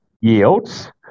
yields